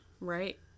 Right